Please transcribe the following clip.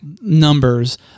numbers